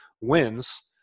wins